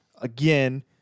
again